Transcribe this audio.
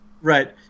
Right